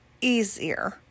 easier